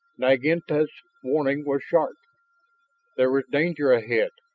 naginlta's warning was sharp there was danger ahead,